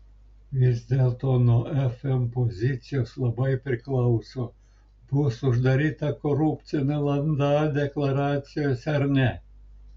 vis dėlto nuo fm pozicijos labai priklauso bus uždaryta korupcinė landa deklaracijose ar ne